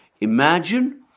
imagine